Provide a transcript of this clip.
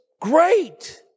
great